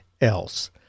else